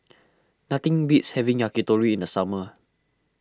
nothing beats having Yakitori in the summer